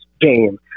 game